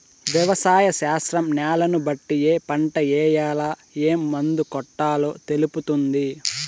వ్యవసాయ శాస్త్రం న్యాలను బట్టి ఏ పంట ఏయాల, ఏం మందు కొట్టాలో తెలుపుతుంది